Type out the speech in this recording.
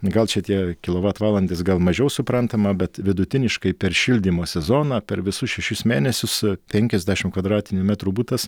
gal čia tie kilovatvalandės gal mažiau suprantama bet vidutiniškai per šildymo sezoną per visus šešis mėnesius penkiasdešim kvadratinių metrų butas